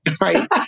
right